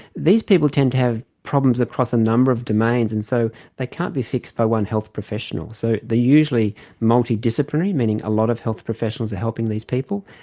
these people tend to have problems across a number of domains, and so they can't be fixed by one health professional. so they are usually multidisciplinary, meaning a lot of health professionals are helping these people.